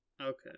Okay